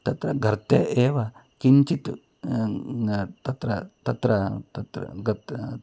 तत्र गर्ते एव किञ्चित् तत्र तत्र तत्र गत्